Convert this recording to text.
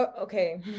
okay